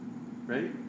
Ready